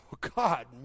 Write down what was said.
God